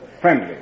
friendly